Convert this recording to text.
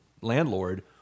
landlord